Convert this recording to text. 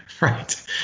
Right